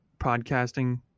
podcasting